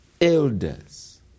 elders